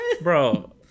bro